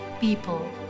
people